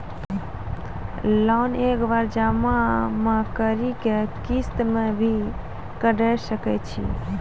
Loan एक बार जमा म करि कि किस्त मे भी करऽ सके छि?